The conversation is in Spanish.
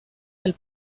del